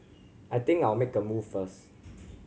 I think I'll make a move first